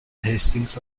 hastings